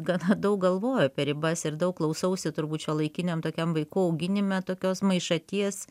gana daug galvoju apie ribas ir daug klausausi turbūt šiuolaikiniam tokiam vaikų auginime tokios maišaties